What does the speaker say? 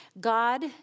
God